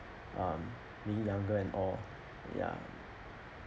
um being younger and all ya